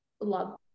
love